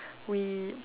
we